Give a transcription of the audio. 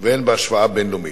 והן בהשוואה בין-לאומית.